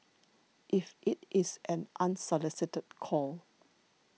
if it is an unsolicited call